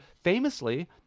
Famously